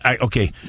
Okay